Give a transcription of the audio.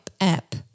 app